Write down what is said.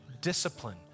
discipline